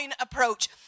approach